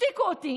תשתיקו אותי,